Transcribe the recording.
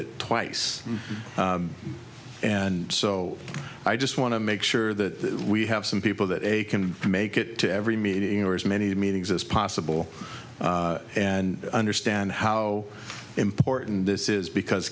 it twice and so i just want to make sure that we have some people that they can make it to every meeting or as many meetings as possible and understand how important this is because